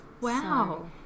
Wow